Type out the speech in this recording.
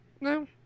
No